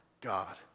God